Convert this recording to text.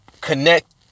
connect